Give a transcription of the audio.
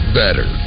better